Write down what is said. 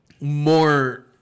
more